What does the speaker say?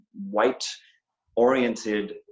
white-oriented